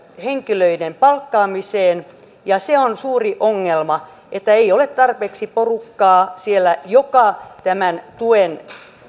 henkilöiden palkkaamiseen ja se on suuri ongelma että siellä ei ole tarpeeksi porukkaa joka tämän tuen